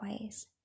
ways